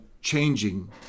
changing